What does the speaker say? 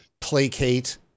placate